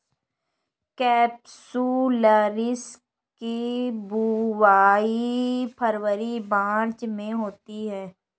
capsularis की बुवाई फरवरी मार्च में होती है